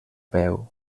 peu